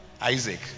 Isaac